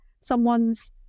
someone's